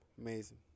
amazing